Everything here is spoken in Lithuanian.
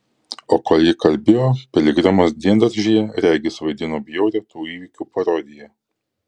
o kol ji kalbėjo piligrimas diendaržyje regis vaidino bjaurią tų įvykių parodiją